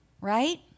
Right